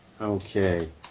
Okay